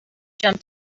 jump